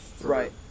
Right